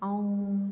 ऐं